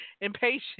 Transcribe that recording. impatient